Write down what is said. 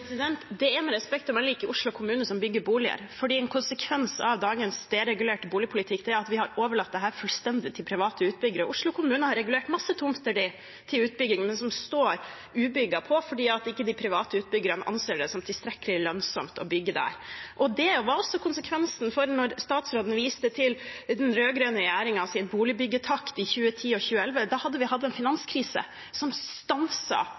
er, med respekt å melde, ikke Oslo kommune som bygger boliger, for en konsekvens av dagens deregulerte boligpolitikk er at vi har overlatt dette fullstendig til private utbyggere. Oslo kommune har regulert masse tomter til utbygging, men som står ubygd fordi de private utbyggerne ikke anser det tilstrekkelig lønnsomt å bygge der. Statsråden viste til den rød-grønne regjeringens boligbyggetakt i 2010–2011. Da hadde vi hatt en finanskrise som stanset all boligbygging i dette landet, og som vi så priskonsekvensene av i 2016. Dette er konsekvensen når vi